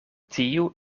tiu